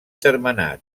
termenat